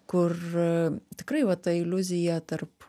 kur tikrai va ta iliuzija tarp